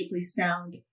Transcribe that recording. sound